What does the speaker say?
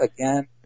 again